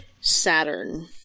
Saturn